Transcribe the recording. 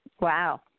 Wow